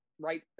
right